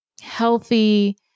healthy